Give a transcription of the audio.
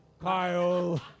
Kyle